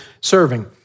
serving